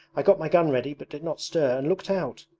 i got my gun ready but did not stir, and looked out.